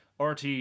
RT